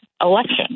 election